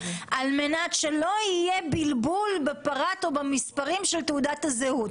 על מנת שלא יהיה בלבול בפרט או במספרים של תעודת הזהות.